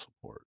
support